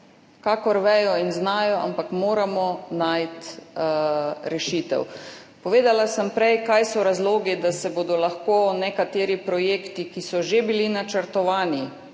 kakor vejo in znajo, ampak moramo najti rešitev. Povedala sem prej, kaj so razlogi, da se bodo lahko nekateri projekti, ki so že bili načrtovani,